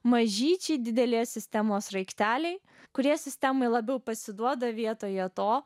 mažyčiai didelės sistemos sraigteliai kurie sistemai labiau pasiduoda vietoje to